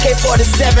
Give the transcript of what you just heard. AK-47